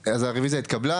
הצבעה הרוויזיה התקבלה.